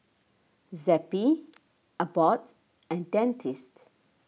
Zappy Abbott and Dentiste